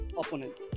opponent